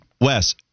Wes